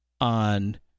on